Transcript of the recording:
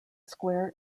square